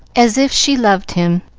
as if she loved him,